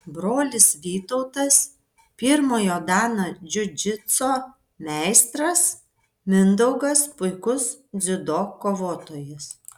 brolis vytautas pirmojo dano džiudžitso meistras mindaugas puikus dziudo kovotojas